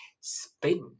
spin